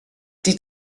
die